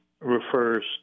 refers